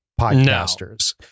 podcasters